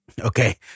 Okay